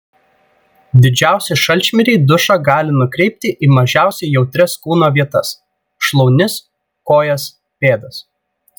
didžiausi šalčmiriai dušą gali nukreipti į mažiausiai jautrias kūno vietas šlaunis kojas pėdas